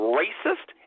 racist